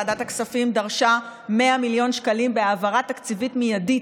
ועדת הכספים דרשה 100 מיליון שקלים בהעברה תקציבית מיידית,